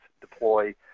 deploy